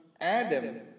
Adam